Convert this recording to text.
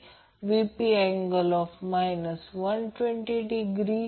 म्हणून RLmod Zg j XC आधीच केले आहे RL आणि XL व्हेरिएबल आहेत हे विसरून जा